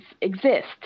exist